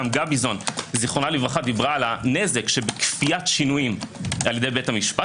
גם גביזון ז"ל דיברה על הנזק שבכפיית שינויים על ידי בית המשפט.